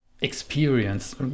experience